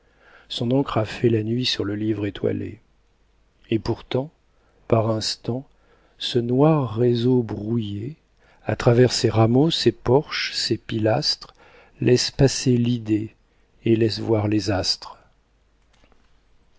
son encre a fait la nuit sur le livre étoilé et pourtant par instants ce noir réseau brouillé a travers ses rameaux ses porches ses pilastres laisse passer l'idée et laisse voir les astres